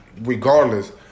regardless